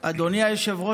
אדוני היושב-ראש,